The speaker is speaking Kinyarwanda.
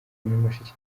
nyamasheke